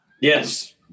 Yes